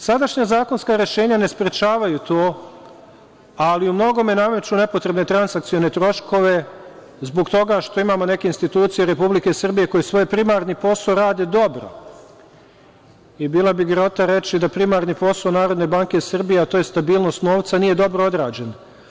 Sadašnja zakonska rešenja ne sprečavaju to, ali u mnogome nameću nepotrebne transakcione troškove, zbog toga što imamo neke institucije Republike Srbije koje svoj primarni posao rade dobro, i bila bi grehota reći da primarni posao Narodne banke Srbije, a to je stabilnost novca, nije dobro odrađen.